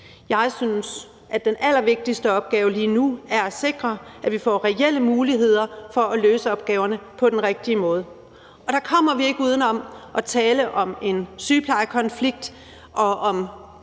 Jeg synes, at den allervigtigste opgave lige nu er at sikre, at vi får reelle muligheder for at løse opgaverne på den rigtige måde, og der kommer vi ikke uden om at tale om en sygeplejerskekonflikt og om